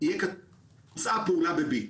יהיה כתוב שבוצעה פעולה בביט.